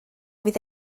fydd